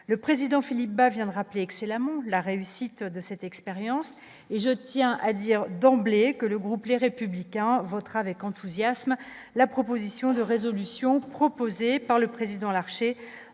le président Philippe Bas, vient de rappeler que c'est la réussite de cette expérience et je tiens à dire d'emblée que le groupe Les Républicains votera avec enthousiasme la proposition de résolution proposée par le président Larché